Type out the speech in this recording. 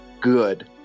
good